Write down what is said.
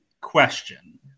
question